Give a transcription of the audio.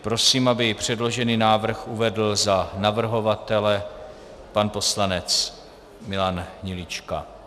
Prosím, aby předložený návrh uvedl za navrhovatele pan poslanec Milan Hnilička.